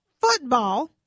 football